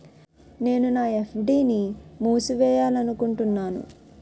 నేను నా ఎఫ్.డి ని మూసివేయాలనుకుంటున్నాను